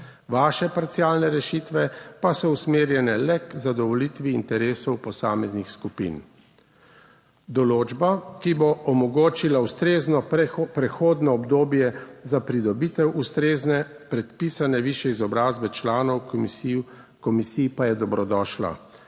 Vaše parcialne rešitve pa so usmerjene le k zadovoljitvi interesov posameznih skupin. Določba, ki bo omogočila ustrezno prehodno obdobje za pridobitev ustrezne predpisane višje izobrazbe članov komisij pa je dobrodošla.